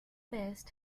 best